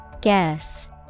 Guess